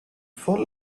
for